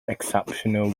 exceptional